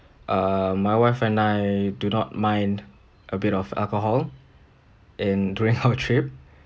err my wife and I do not mind a bit of alcohol in during our trip